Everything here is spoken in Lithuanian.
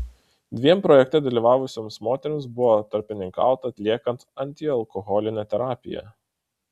dviem projekte dalyvavusioms moterims buvo tarpininkauta atliekant antialkoholinę terapiją